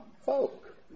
folk